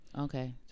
Okay